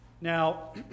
Now